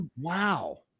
wow